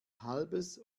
halbes